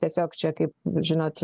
tiesiog čia kaip žinot